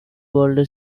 older